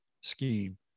scheme